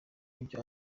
ibyo